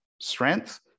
Strength